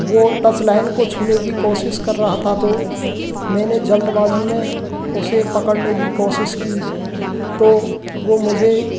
वो touch line को छूने की कोशिश कर रहा था तो मैंने जल्दबाजी में उसे पकड़ने की कोशिश की तो वो मुझे